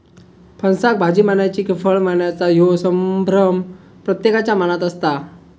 फणसाक भाजी म्हणायची कि फळ म्हणायचा ह्यो संभ्रम प्रत्येकाच्या मनात असता